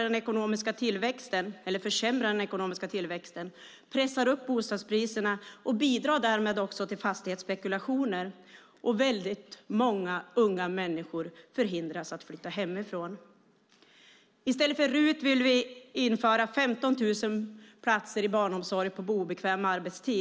Den försämrar den ekonomiska tillväxten, pressar upp bostadspriserna och bidrar därmed också till fastighetspekulationer, och väldigt många unga människor förhindras att flytta hemifrån. I stället för RUT vill vi införa 15 000 platser i barnomsorg på obekväm arbetstid.